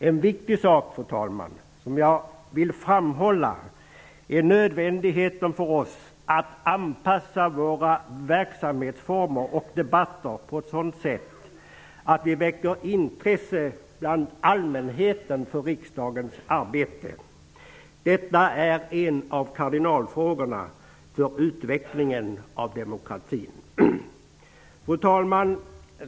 En viktig sak, fru talman, som jag vill framhålla är nödvändigheten för oss att anpassa våra verksamhetsformer och debatter på ett sådant sätt att vi väcker intresse bland allmänheten för riksdagens arbete. Detta är en av kardinalfrågorna för utvecklingen av demokratin. Fru talman!